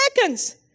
seconds